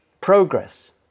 progress